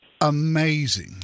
amazing